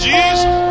Jesus